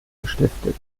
gestiftet